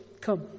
come